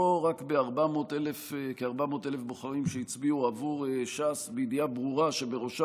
לא רק בכ-400,000 בוחרים שהצביעו עבור ש"ס בידיעה ברורה שבראשה